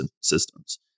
systems